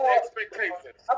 expectations